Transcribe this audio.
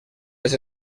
dels